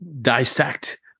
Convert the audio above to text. dissect